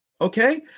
Okay